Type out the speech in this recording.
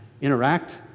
interact